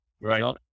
right